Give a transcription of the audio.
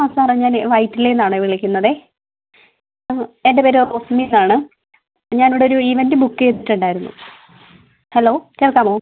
ആ സാറേ ഞാനേ വൈറ്റിലയിൽ നിന്നാണേ വിളിക്കുന്നതേ എൻ്റെ പേര് റോസ്മി എന്നാണ് ഞാൻ ഇവിടെയൊരു ഈവൻറ്റ് ബുക്ക് ചെയ്തിട്ടുണ്ടായിരുന്നു ഹലോ കേൾക്കാമോ